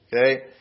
Okay